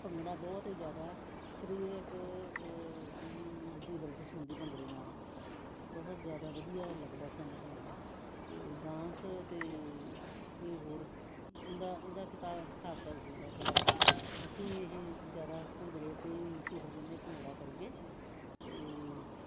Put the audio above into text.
ਭੰਗੜਾ ਬਹੁਤ ਹੀ ਜ਼ਿਆਦਾ ਸਰੀਰਿਕ ਦੀ ਵਰਜਿਸ਼ ਹੁੰਦੀ ਭੰਗੜੇ ਨਾਲ ਅਤੇ ਬਹੁਤ ਜ਼ਿਆਦਾ ਵਧੀਆ ਲੱਗਦਾ ਸਾਨੂੰ ਭੰਗੜਾ ਅਤੇ ਡਾਂਸ ਅਤੇ ਇਹ ਹੋਰ ਇਹਦਾ ਇਹਦਾ ਕਿਤਾਬ ਹਿਸਾਬ ਕਿਤਾਬ ਹੋਰ ਆ ਕੋਈ ਤਾਂ ਅਸੀਂ ਇਹ ਜ਼ਿਆਦਾ ਭੰਗੜੇ 'ਤੇ ਹੀ ਜ਼ੋਰ ਦਿੰਦੇ ਭੰਗੜਾ ਕਰੀਏ ਅਤੇ